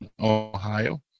Ohio